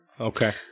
Okay